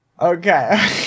Okay